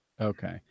Okay